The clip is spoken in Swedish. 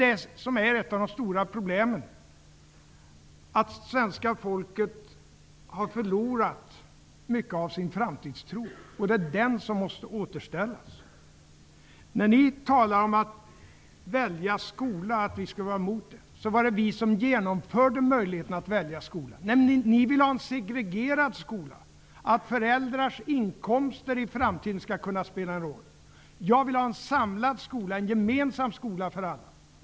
Det är ett av de stora problemen, att svenska folket har förlorat mycket av sin framtidstro, och det är den som måste återställas. Ni talar om att vi skulle vara emot möjligheten att välja skola, men det var vi som införde den möjligheten. Ni vill ha en segregerad skola, att föräldrars inkomster i framtiden skall kunna spela en roll i valet av skola. Jag vill ha en samlad skola, en gemensam skola för alla.